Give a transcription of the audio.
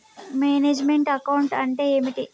Manage meant account అంటే ఏమిటి?